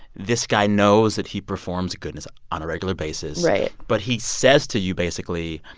this guy knows that he performs goodness on a regular basis right but he says to you, basically,